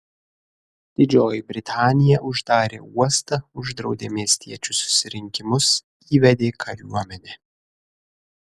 didžioji britanija uždarė uostą uždraudė miestiečių susirinkimus įvedė kariuomenę